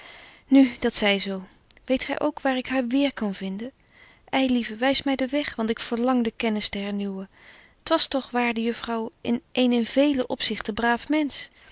nu dat zy zo weet gy ook waar ik haar weêr kan vinden ei lieve wys my den weg want ik verlang de kennis te hernieuwen t was toch waarde juffrouw een in velen opzichte braaf mensch